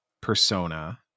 Persona